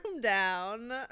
down